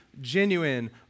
genuine